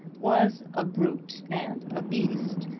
was a brute and a beast,